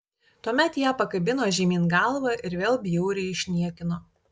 tuomet ją pakabino žemyn galva ir vėl bjauriai išniekino